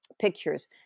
Pictures